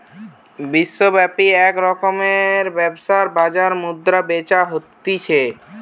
বিশ্বব্যাপী এক রকমের ব্যবসার বাজার মুদ্রা বেচা হতিছে